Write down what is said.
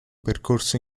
percorso